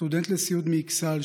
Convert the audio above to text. סטודנט לסיעוד מאכסאל,